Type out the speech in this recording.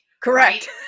Correct